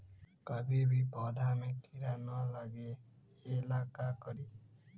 कभी भी पौधा में कीरा न लगे ये ला का करी?